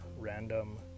random